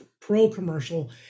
pro-commercial